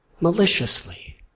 maliciously